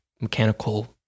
mechanical